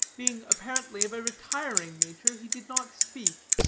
being apparently of a retiring nature, he did not speak